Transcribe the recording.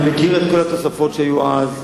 אני מכיר את כל התוספות שהיו אז.